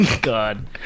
God